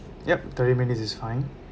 yup thirty minutes is fine